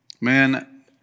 Man